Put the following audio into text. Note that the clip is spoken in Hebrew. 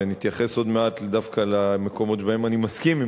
ונתייחס עוד מעט דווקא למקומות שבהם אני מסכים עם